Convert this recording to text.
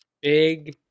Big